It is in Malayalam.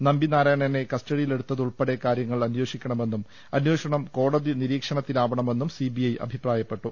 നമ്പിനാരായണനെ കസ്റ്റഡിയിലെടുത്തുൾപ്പെടെ കാര്യ ങ്ങൾ അന്വേഷിക്കണമെന്നും അന്വേഷണം കോടതി നിരീ ക്ഷണത്തിലാവണമെന്നും സി ബി ഐ അഭിപ്രായപ്പെട്ടു